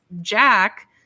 Jack